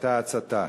הייתה הצתה.